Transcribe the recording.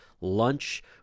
lunch